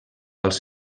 als